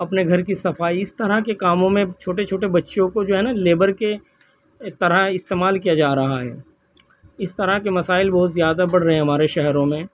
اپنے گھر کی صفائی اس طرح کے کاموں میں چھوٹے چھوٹے بچوں کو جو ہے نہ لیبر کے طرح استعمال کیا جا رہا ہے اس طرح کے مسائل بہت زیادہ بڑھ رہے ہیں ہمارے شہروں میں